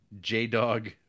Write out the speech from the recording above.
J-Dog